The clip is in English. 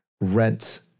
rents